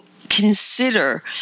consider